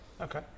okay